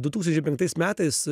du tūkstančiai penktais metais